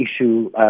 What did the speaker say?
issue